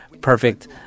perfect